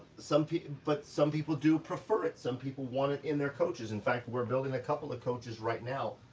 some people. but some people do prefer it, some people want it in their coaches, in fact, we're building a couple of coaches right now,